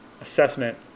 assessment